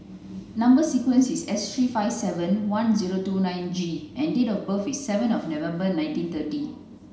number sequence is S three five seven one zero two nine G and date of birth is seven of November nineteen thirty